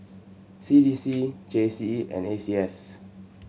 C D C J C E and A C S